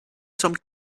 some